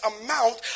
amount